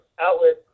outlet